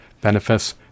benefits